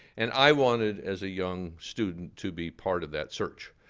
and i wanted, as a young student, to be part of that search.